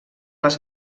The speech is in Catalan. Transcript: les